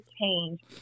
change